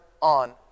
on